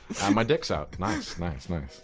my dick's out nice, nice, nice.